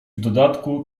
dodatku